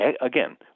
again